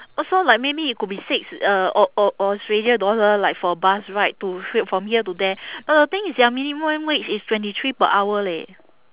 also like maybe it could be six uh au~ au~ australia dollar like for bus ride to from here to there but the thing is their minimum wage is twenty three per hour leh